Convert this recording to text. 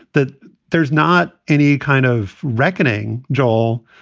that there's not any kind of reckoning, joel,